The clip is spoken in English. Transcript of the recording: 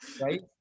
Right